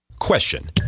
Question